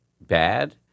bad